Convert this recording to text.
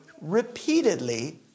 repeatedly